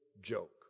joke